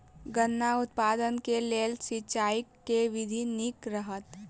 गन्ना उत्पादन केँ लेल सिंचाईक केँ विधि नीक रहत?